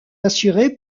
assurée